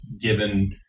given